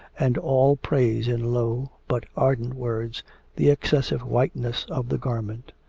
and all praise in low but ardent words the excessive whiteness of the garment.